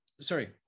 sorry